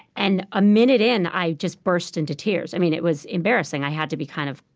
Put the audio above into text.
and a minute in, i just burst into tears. i mean, it was embarrassing. i had to be kind of